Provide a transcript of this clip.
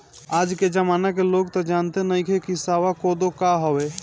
आज के जमाना के लोग तअ जानते नइखे की सावा कोदो का हवे